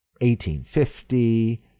1850